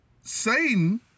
Satan